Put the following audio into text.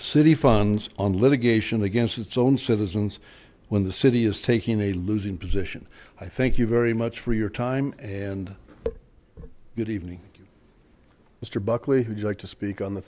city funds on litigation against its own citizens when the city is taking a losing position i thank you very much for your time and good evening mr buckley who got to speak on the